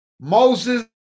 Moses